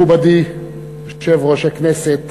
מכובדי יושב-ראש הכנסת